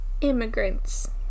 Immigrants